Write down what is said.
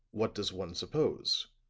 what does one suppose?